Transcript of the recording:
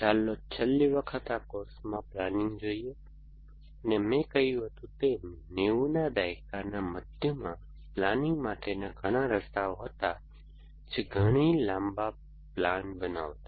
ચાલો છેલ્લી વખત આ કોર્સમાં પ્લાનિંગ જોઈએ અને મેં કહ્યું હતું તેમ નેવુંના દાયકાના મધ્યમાં પ્લાનિંગ માટેના ઘણા રસ્તાઓ હતા જે ઘણી લાંબા પ્લાન બનાવતા